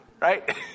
right